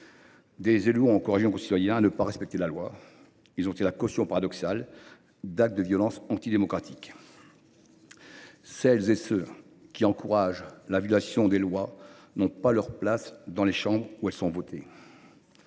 des élus ont encouragé nos concitoyens à ne pas respecter la loi. Ils ont été la caution paradoxale d’actes de violence antidémocratiques. Celles et ceux qui encouragent la violation des lois n’ont pas leur place dans les chambres où ces lois sont votées.